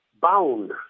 bound